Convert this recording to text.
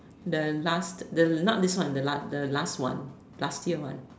the last the not this one the last the last one the last year one